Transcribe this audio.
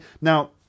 Now